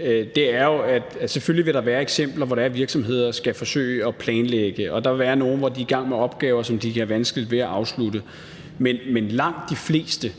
er, at der selvfølgelig vil være eksempler på, at der er virksomheder, der skal forsøge at planlægge, og at der vil være nogle, der er i gang med opgaver, som de kan have vanskeligt ved at afslutte. Men de